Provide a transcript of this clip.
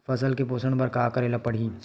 फसल के पोषण बर का करेला पढ़ही?